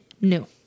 new